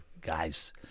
guys